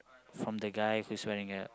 from the guy who's wearing a